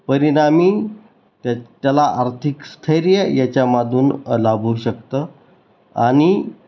परिणामी त्या त्याला आर्थिक स्थैर्य याच्यामधून लाभू शकतं आणि